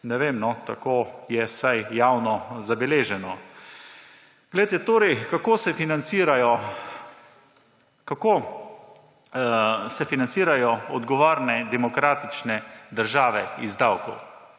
Ne vem, tako je vsaj javno zabeleženo. Kako se financirajo odgovorne demokratične države iz davkov?